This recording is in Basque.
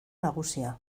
nagusia